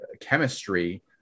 chemistry